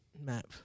map